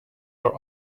are